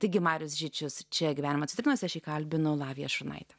taigi marius žičius čia gyvenimą citrinose aš jį kalbinau lavija šurnaitė